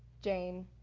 jane.